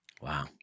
Wow